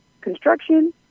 construction